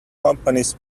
companies